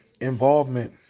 involvement